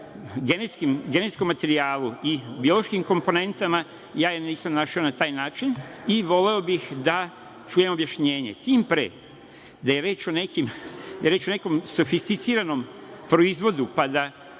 genetskom materijalu i biološkim komponentama, ja je nisam našao na taj način i voleo bih da čujem objašnjenje. Tim pre, da je reč o nekom sofisticiranom proizvodu pa da